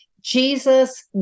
Jesus